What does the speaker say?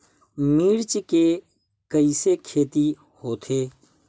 मिर्च के कइसे खेती होथे?